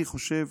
אני חושב